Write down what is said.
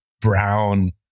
brown